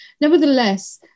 Nevertheless